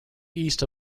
east